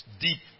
deep